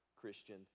Christian